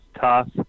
tough